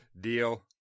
Deal